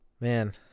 man